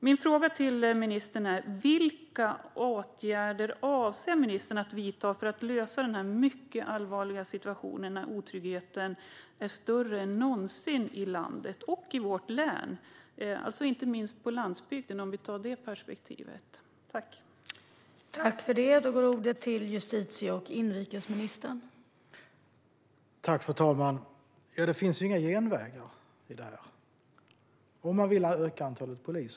Min fråga till ministern är: Vilka åtgärder avser ministern att vidta för att lösa den mycket allvarliga situationen när otryggheten är större än någonsin i landet och i vårt län? Inte minst på landsbygden, om vi tar det perspektivet, är otryggheten stor.